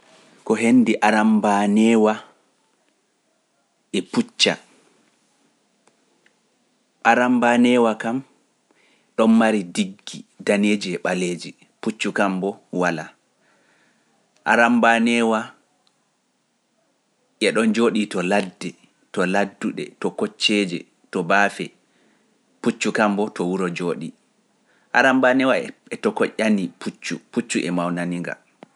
Ko hendi arambaneewa e pucca. Arambaneewa kam ɗon mari diggi daneeji e ɓaleeji, puccu kam bo walaa. Arambaneewa eɗon jooɗii to ladde, to ladduɗe, to kocceeje, to baafe, puccu kambo to wuro jooɗi. Arambanewa e tokoyƴani puccu, puccu e mawnani nga.